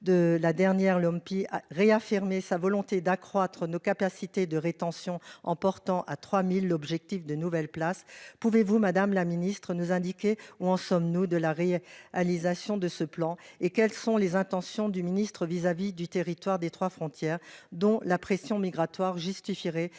de la dernière l'OMPI a réaffirmé sa volonté d'accroître nos capacités de rétention en portant à 3000 l'objectif de nouvelles places, pouvez-vous Madame la Ministre nous indiquer où en sommes-nous de l'art et à Lisa Sion de ce plan et quelles sont les intentions du ministre vis-à-vis du territoire des 3 frontières dont la pression migratoire justifierait